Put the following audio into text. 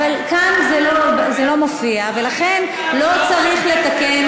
אבל כאן זה לא מופיע ולכן לא צריך לתקן.